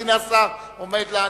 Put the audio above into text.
והנה השר עומד לענות.